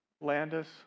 Landis